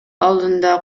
алдында